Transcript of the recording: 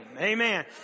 Amen